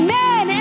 men